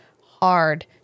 hard